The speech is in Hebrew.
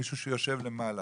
מישהו שיושב למעלה,